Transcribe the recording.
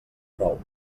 nou